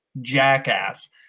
Jackass